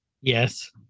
Yes